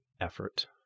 effort